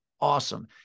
Awesome